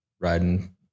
riding